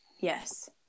yes